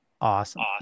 Awesome